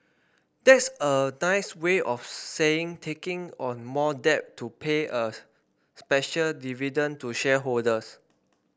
that's a nice way of saying taking on more debt to pay a special dividend to shareholders